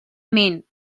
mean